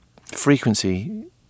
frequency